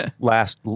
last